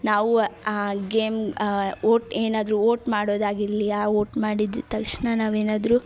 ನಾವೂ ಆ game vote ಏನಾದರೂ ವೋಟ್ ಮಾಡೋದಾಗಿರಲಿ ಆ ವೋಟ್ ಮಾಡಿದ ತಕ್ಷಣ ನಾವೇನಾದರೂ